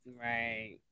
Right